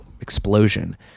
explosion